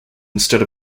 instead